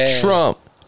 Trump